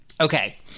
Okay